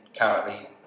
currently